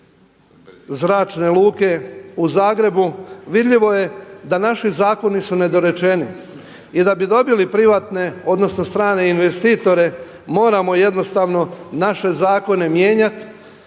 Zračne luke u Zagrebu vidljivo je da naši zakoni su nedorečeni. I da bi dobili privatne, odnosno strane investitore moramo jednostavno naše zakone mijenjati